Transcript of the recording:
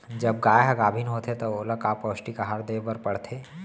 जब गाय ह गाभिन होथे त ओला का पौष्टिक आहार दे बर पढ़थे?